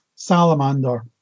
Salamander